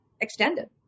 extended